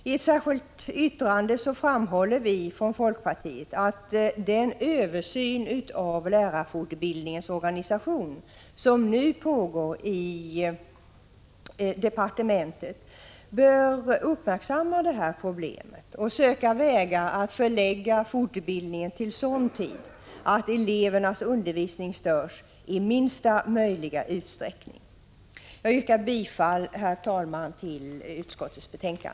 I ett särskilt yttrande framhåller vi från folkpartiet att man inom den översyn av lärarfortbildningens organisation som nu pågår i departementet bör uppmärksamma detta problem och söka vägar att förlägga fortbildningen till sådan tid att elevernas undervisning störs i minsta möjliga utsträckning. Jag yrkar, herr talman, bifall till utskottets hemställan.